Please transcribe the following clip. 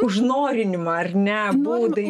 užnorinimą ar ne būdai